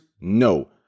No